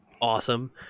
awesome